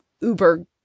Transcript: uber